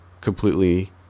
completely